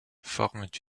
forment